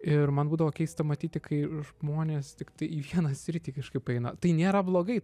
ir man būdavo keista matyti kai žmonės tiktai į vieną sritį kažkaip eina tai nėra blogai